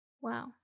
Wow